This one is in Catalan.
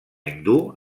hindú